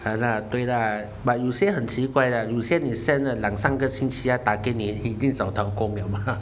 !hanna! 对啦 but 有些很奇怪的有些你 send 了两三个星期他打给你已经找到了工了吗